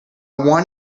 want